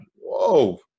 whoa